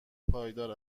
پایدار